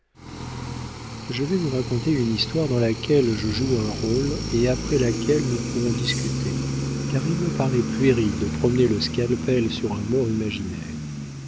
je vais vous raconter une histoire dans laquelle je joue un rôle et après laquelle nous pourrons discuter car il me paraît puéril de promener le scalpel sur un mort imaginaire